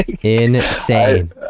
Insane